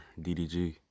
DDG